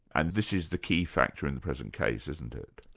and this is the key factor in the present case, isn't it?